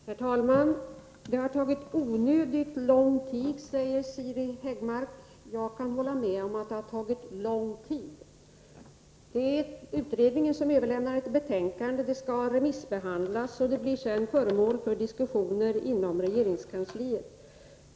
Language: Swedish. Herr talman! Det har tagit onödigt lång tid, säger Siri Häggmark. Jag kan hålla med om att det tagit lång tid. Utredningen har överlämnat ett betänkande. Det skall remissbehandlas och blir sedan föremål för diskussioner inom regeringskansliet.